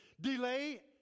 Delay